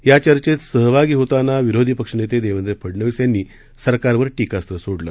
या चर्चेत सहभागी होताना विरोधी पक्षनेते देवेंद्र फडनवीस यांनी सरकारवर टीकास्त्र सोडलं